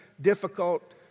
difficult